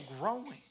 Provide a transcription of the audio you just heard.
growing